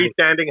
freestanding